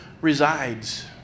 resides